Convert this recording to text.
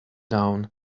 down